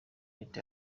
leta